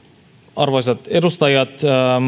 arvoisat edustajat